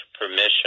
permission